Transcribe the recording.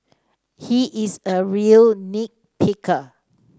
he is a real nit picker